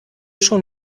schon